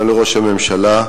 ולראש הממשלה,